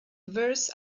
verse